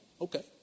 okay